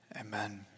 Amen